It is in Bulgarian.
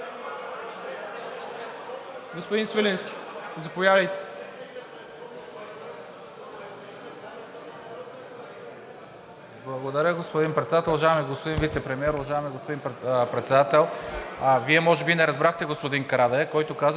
Господин Свиленски, заповядайте.